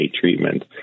treatment